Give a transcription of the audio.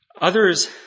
Others